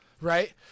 right